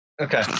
okay